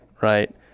right